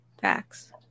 Facts